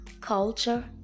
culture